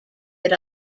that